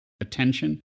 attention